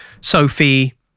Sophie